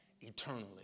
eternally